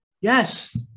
Yes